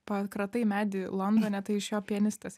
pakratai medį londone tai iš jo pianistas